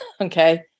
Okay